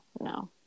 no